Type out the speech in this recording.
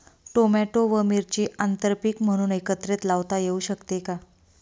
Tomato व मिरची आंतरपीक म्हणून एकत्रित लावता येऊ शकते का?